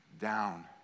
down